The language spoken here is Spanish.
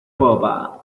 popa